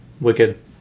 Wicked